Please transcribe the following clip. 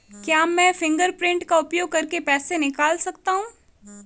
क्या मैं फ़िंगरप्रिंट का उपयोग करके पैसे निकाल सकता हूँ?